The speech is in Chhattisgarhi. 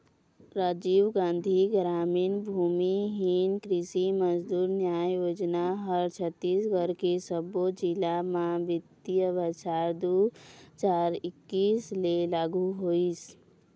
राजीव गांधी गरामीन भूमिहीन कृषि मजदूर न्याय योजना ह छत्तीसगढ़ के सब्बो जिला म बित्तीय बछर दू हजार एक्कीस ले लागू होही